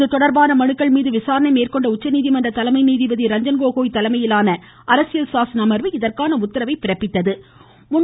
இதுதொடர்பான மனுக்கள் மீது விசாரணை மேற்கொண்ட உச்சநீதிமன்ற தலைமை நீதிபதி ரஞ்சன் கோகோய் தலைமையிலான அரசியல் சாசன அமர்வு இதற்கான உத்தரவை பிறப்பித்தது